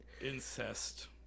incest